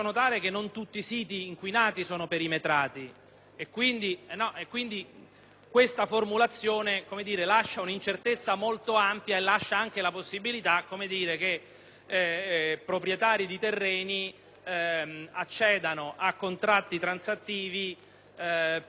Questa formulazione, quindi, lascia un'incertezza molto ampia e consente anche che proprietari di terreni accedano a contratti transattivi per condividerne i benefici quando non ne avrebbero titolo.